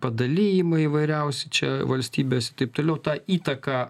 padalijimai įvairiausi čia valstybės ir taip toliau ta įtaka